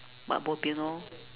but bo pian lor